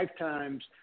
Lifetime's